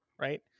right